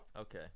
Okay